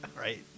right